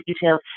details